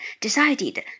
decided